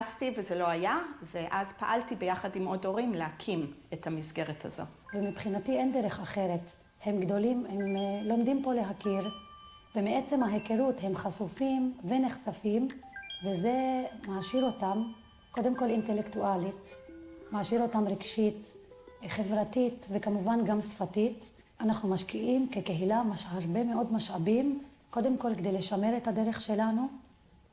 נכנסתי וזה לא היה, ואז פעלתי ביחד עם עוד הורים להקים את המסגרת הזו. ומבחינתי אין דרך אחרת. הם גדולים, הם לומדים פה להכיר, ובעצם ההיכרות הם חשופים ונחשפים, וזה מעשיר אותם, קודם כל אינטלקטואלית. מעשיר אותם רגשית, חברתית וכמובן גם שפתית. אנחנו משקיעים כקהילה מש... הרבה מאוד משאבים, קודם כל כדי לשמר את הדרך שלנו.